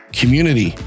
community